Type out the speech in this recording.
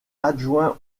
adjoint